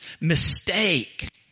Mistake